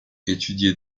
étudiez